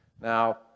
Now